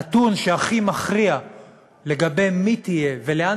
הנתון שהכי מכריע לגבי מי תהיה ולאן